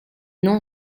non